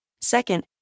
Second